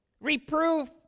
reproof